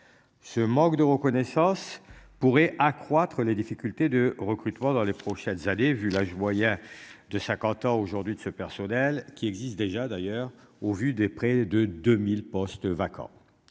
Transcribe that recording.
Ce manque de reconnaissance pourraient accroître les difficultés de recrutement dans les prochaines années vu l'âge moyen de 50 ans aujourd'hui de ce personnel qui existe déjà d'ailleurs au vu des près de 2000 postes vacants.